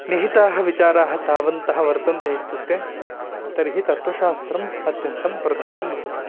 निहिताः विचाराः तावन्तः वर्तन्ते इत्युक्ते तर्हि तत्वशास्त्रम् अत्यन्तं प्रधानं भवति